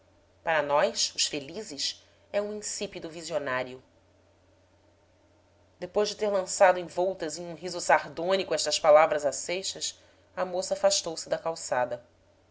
para nós os felizes é um insípido visionário depois de ter lançado envoltas em um riso sardônico estas palavras a seixas a moça afastou-se da calçada